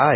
I